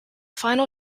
final